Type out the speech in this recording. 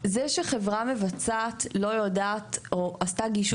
זה שחברה מבצעת לא יודעת או עשתה גישוש